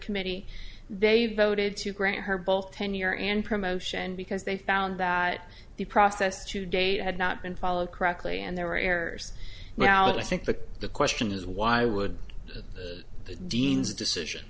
committee they voted to grant her both tenure and promotion because they found that the process to date had not been followed correctly and there were errors now i think that the question is why would the dean's decision